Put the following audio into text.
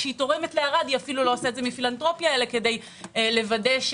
כשהיא תורמת לערד לא עושה את